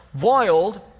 wild